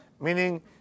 meaning